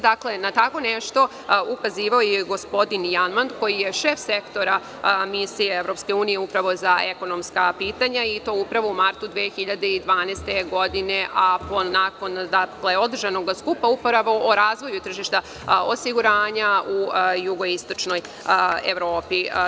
Dakle, na tako nešto ukazivao je gospodin Janman, koji će šef Sektora misije EU za ekonomska pitanja i to upravo u martu 2012. godine, a nakon održanog skupa upravo o razvoju tržišta osiguranja u jugoistočnoj Evropi.